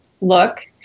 look